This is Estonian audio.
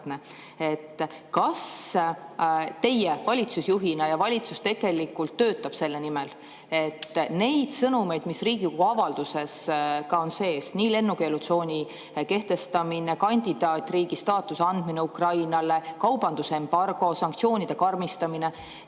Kas teie valitsusjuhina ja valitsuses tegelikult töötate selle nimel, et need sõnumid, mis Riigikogu avalduses on sees – nii lennukeelutsooni kehtestamine, kandidaatriigi staatuse andmine Ukrainale, kaubandusembargo, sanktsioonide karmistamine